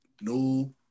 no